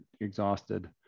exhausted